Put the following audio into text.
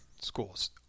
schools